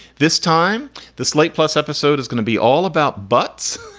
this time the slate plus episode is going to be all about butts.